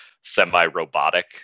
semi-robotic